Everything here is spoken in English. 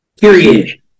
period